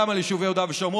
גם על יישובי יהודה ושומרון.